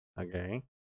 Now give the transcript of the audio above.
Okay